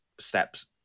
steps